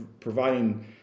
providing